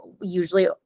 usually